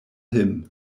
him